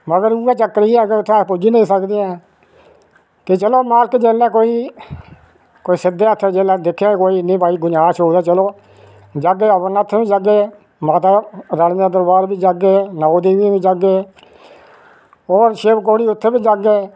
मगर उऐ चक्कर इयै कि उत्थै अस पुज्जी नेईं सकदे हां कि चलो मालक जेल्लै कोई कोई सिद्धे हत्थ कोई गुजांइश होग ते चलो जाह्गे अमरनाथ बी जाह्गे माता रानी दे दरबार बी जाह्गे नौ देबियां बी जाह्गे और शिबखोड़ी उत्थै बी जाह्गे